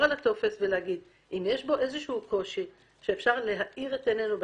על הטופס ולומר אם יש בו קושי שאפשר להאיר את עינינו,